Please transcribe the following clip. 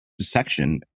section